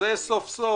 סוף סוף,